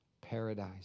paradise